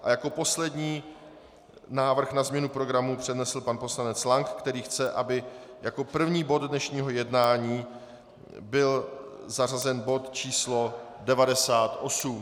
A jako poslední návrh na změnu programu přednesl pan poslanec Lank, který chce, aby jako první bod dnešního jednání byl zařazen bod číslo 98.